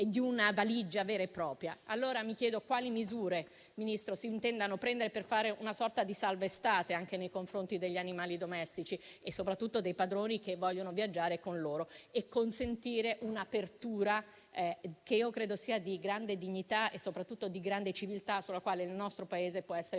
di una valigia vera e propria. Le chiedo quindi quali misure, signor Ministro, si intendano adottare come "salva estate" nei confronti degli animali domestici e, soprattutto, dei padroni che vogliono viaggiare con loro, consentendo un'apertura che io credo sia di grande dignità e soprattutto di grande civiltà, sulla quale il nostro Paese può essere